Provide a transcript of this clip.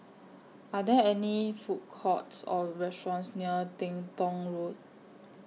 Are There any Food Courts Or restaurants near Teng Tong Road